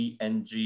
ENG